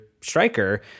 striker